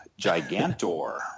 Gigantor